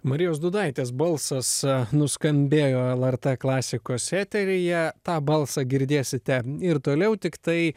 marijos dudaitės balsas nuskambėjo lrt klasikos eteryje tą balsą girdėsite ir toliau tiktai